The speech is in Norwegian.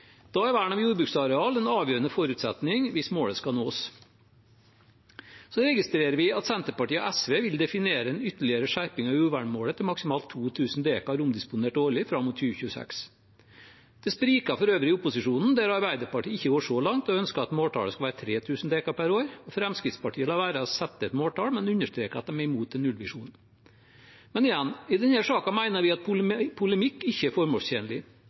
Da er vern av jordbruksareal en avgjørende forutsetning hvis målet skal nås. Vi registrerer at Senterpartiet og SV vil definere en ytterligere skjerping av jordvernmålet til maksimalt 2 000 dekar omdisponert årlig fram mot 2026. Det spriker for øvrig i opposisjonen, der Arbeiderpartiet ikke går så langt og ønsker at måltallet skal være 3 000 dekar per år, mens Fremskrittspartiet lar være å sette et måltall, men understreker at de er imot en nullvisjon. Men igjen: I denne saken mener vi at polemikk ikke er formålstjenlig.